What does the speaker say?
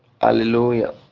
hallelujah